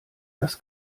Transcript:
dass